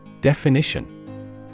Definition